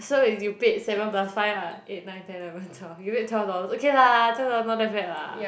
so if you paid seven plus five ah eight nine ten eleven twelve you made twelve dollars okay lah twelve dollar not that bad lah